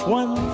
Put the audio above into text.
one